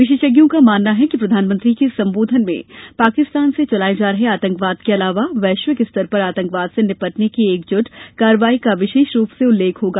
विशेषज्ञों का मानना है कि प्रधानमंत्री के संबोधन में पाकिस्तान से चलाए जा रहे आतंकवाद के अलावा वैश्विक स्तर पर आतंकवाद से निपटने की एकजुट कार्रवाई का विशेष रूप से उल्लेख होगा